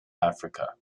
africa